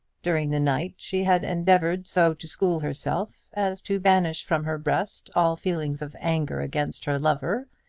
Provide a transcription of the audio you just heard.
during the night she had endeavoured so to school herself as to banish from her breast all feelings of anger against her lover,